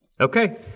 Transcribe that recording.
Okay